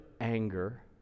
anger